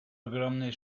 ogromny